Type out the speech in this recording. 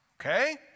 Okay